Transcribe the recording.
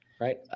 Right